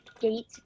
gate